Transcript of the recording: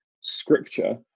Scripture